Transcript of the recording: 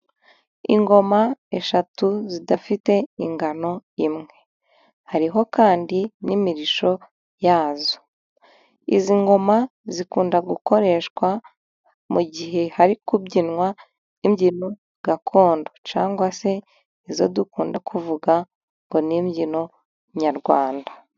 Ingoma eshatu zidafite ingano imwe. Hariho kandi n'imirishyo yazo. Izi ngoma zikunda gukoreshwa mu gihe hari kubyinwa imbyino gakondo, cyangwa se izo dukunda kuvuga ngo ni imbyino nyarwanda.